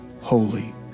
Holy